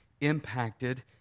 impacted